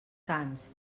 cants